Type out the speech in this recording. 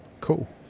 cool